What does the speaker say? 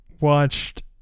watched